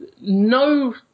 no